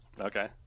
Okay